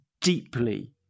deeply